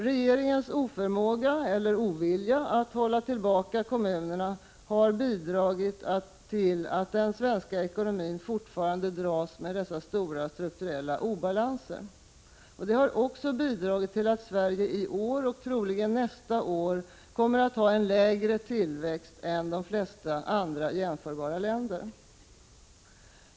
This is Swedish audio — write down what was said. Regeringens oförmåga eller ovilja att hålla tillbaka kommunerna har bidragit till att den svenska ekonomin fortfarande dras med dessa stora strukturella obalanser. Detta har också bidragit till att Sverige i år och troligen nästa år kommer att ha en lägre tillväxt än de flesta andra jämförbara länder.